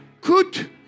Good